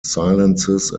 silences